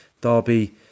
Derby